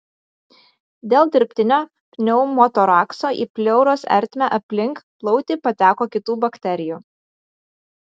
dėl dirbtinio pneumotorakso į pleuros ertmę aplink plautį pateko kitų bakterijų